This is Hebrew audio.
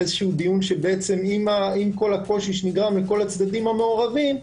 לדיון שעם כל הקושי שנגרם לכל הצדדים המעורבים,